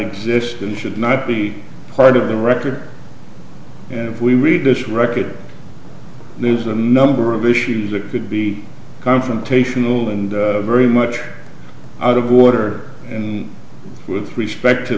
exist and should not be part of the record and if we read this record there's a number of issues that could be confrontational and very much out of water and with respect to